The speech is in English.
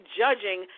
judging